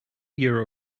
year